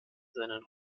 seinen